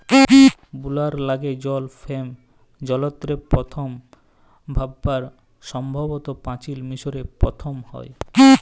বুলার ল্যাইগে জল ফেম যলত্রের পথম ব্যাভার সম্ভবত পাচিল মিশরে পথম হ্যয়